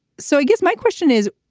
so i guess my question is